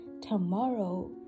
tomorrow